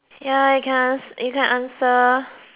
ya you can answer you can answer